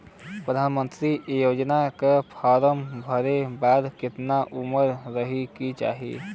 प्रधानमंत्री योजना के फॉर्म भरे बदे कितना उमर रहे के चाही?